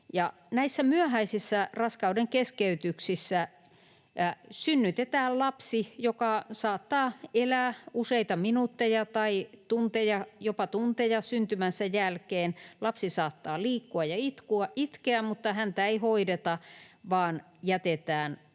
Näissä myöhäisissä raskaudenkeskeytyksissä synnytetään lapsi, joka saattaa elää useita minuutteja tai jopa tunteja syntymänsä jälkeen. Lapsi saattaa liikkua ja itkeä, mutta häntä ei hoideta, vaan jätetään